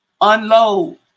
unload